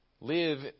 Live